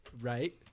Right